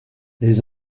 les